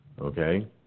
okay